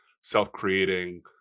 self-creating